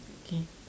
okay